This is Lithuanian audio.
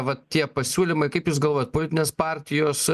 vat tie pasiūlymai kaip jūs galvojat politinės partijos